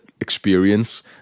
experience